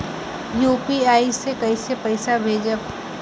UPI से कईसे पैसा भेजब?